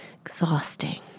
exhausting